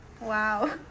Wow